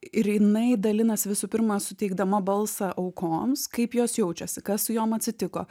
ir jinai dalinasi visų pirma suteikdama balsą aukoms kaip jos jaučiasi kas su jom atsitiko